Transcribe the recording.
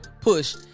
push